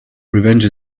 revenge